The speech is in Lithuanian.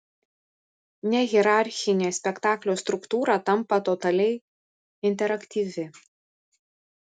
nehierarchinė spektaklio struktūra tampa totaliai interaktyvi